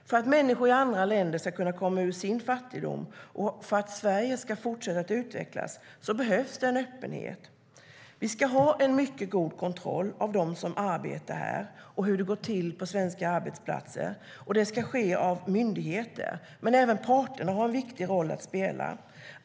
För att människor i andra länder ska kunna komma ur sin fattigdom och för att Sverige ska fortsätta att utvecklas behövs en öppenhet. Vi ska ha en mycket god kontroll av dem som arbetar här och hur det går till på svenska arbetsplatser, och det ska ske av myndigheter. Men även parterna har en viktig roll att spela.